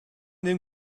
dem